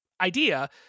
idea